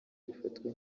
bifatwa